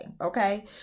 Okay